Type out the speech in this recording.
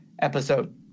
episode